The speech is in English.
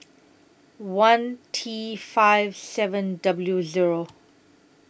one T five seven W Zero